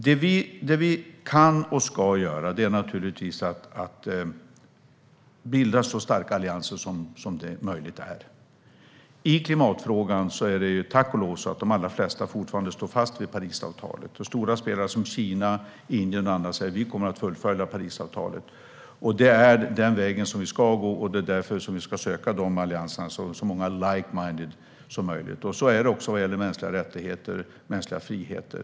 Det vi kan och ska göra är naturligtvis att bilda så starka allianser som möjligt. I klimatfrågan står tack och lov de allra flesta fast vid Parisavtalet. Stora spelare som Kina, Indien och andra säger att de kommer att fullfölja Parisavtalet. Det är den vägen vi ska gå, och det är därför vi ska söka allianser med så många like-minded som möjligt. Så är det också vad gäller mänskliga fri och rättigheter.